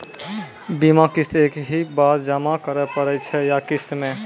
बीमा किस्त एक ही बार जमा करें पड़ै छै या किस्त मे?